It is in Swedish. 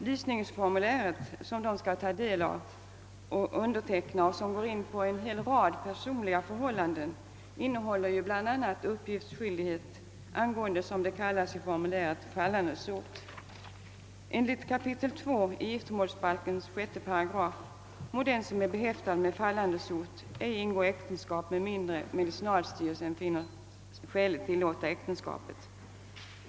Lysningsformuläret, som de skall ta del av och underteckna och som går in på en rad personliga förhållanden, innehåller bl.a. uppgiftsskyldighet angående, som det där kallas, fallandesot. Enligt 2 kap. 6 8 giftermålsbalken må den »som är behäftad med fallandesot ——— ej ingå äktenskap, med mindre medicinalstyrelsen finner skäligt tillåta äktenskapet».